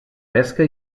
pesca